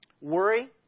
Worry